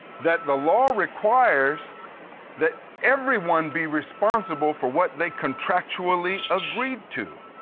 that the law requires that everyone be responsible for what they contractually agreed to.